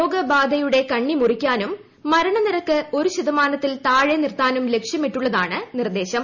രോഗബാധയുടെ കണ്ണി മുറിക്കാനും മരണനിരക്ക് ഒരു ശതമാനത്തിൽ താഴെ നിർത്താനും ലക്ഷ്യമിട്ടിട്ടുള്ളതാണ് നിർദ്ദേശം